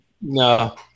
No